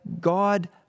God